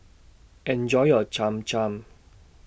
Enjoy your Cham Cham